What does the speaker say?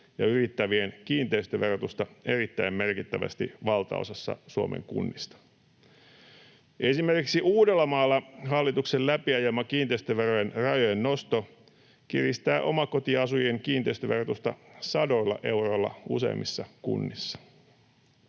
ja yrittävien kiinteistöverotusta erittäin merkittävästi valtaosassa Suomen kunnista. Esimerkiksi Uudellamaalla hallituksen läpiajama kiinteistöverojen rajojen nosto kiristää omakotiasujien kiinteistöverotusta sadoilla euroilla useimmissa kunnissa.